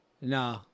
No